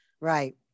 Right